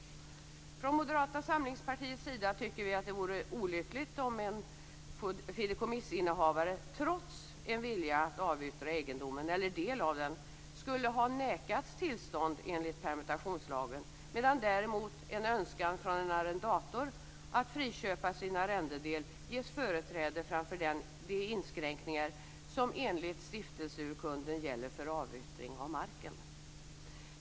Från Moderata samlingspartiets sida tycker vi att det vore olyckligt om en fideikommissinnehavare, trots en vilja att avyttra egendomen eller en del av den, skulle ha nekats tillstånd enligt permutationslagen, medan däremot en önskan från en arrendator att friköpa sin arrendedel ges företräde framför de inskränkningar som enligt stiftelseurkunden gäller för avyttring av marken.